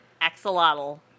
Axolotl